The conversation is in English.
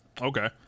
okay